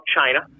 China